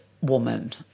woman